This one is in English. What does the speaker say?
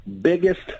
biggest